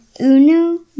Uno